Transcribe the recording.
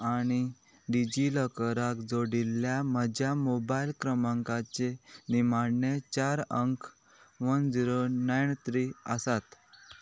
आनी डिजी लॉकराक जोडिल्ल्या म्हज्या मोबायल क्रमांकाचे निमाणे चार अंक वन झिरो नायन थ्री आसात